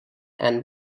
and